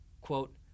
Quote